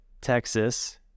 Texas